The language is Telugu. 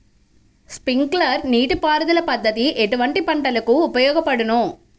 స్ప్రింక్లర్ నీటిపారుదల పద్దతి ఎటువంటి పంటలకు ఉపయోగపడును?